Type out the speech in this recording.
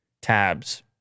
tabs